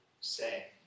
say